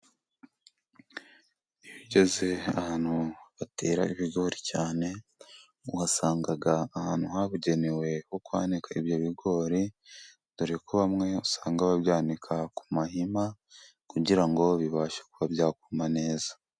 Iyo ugeze ahantu batera ibigori cyane，uhasanga ahantu habugenewe ho kwanika ibyo bigori， dore ko bamwe usanga babyanika ku mahema， kugira ngo bibashe kuba byakuma neza.